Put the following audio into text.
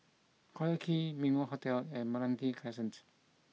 Collyer Quay Min Wah Hotel and Meranti Crescent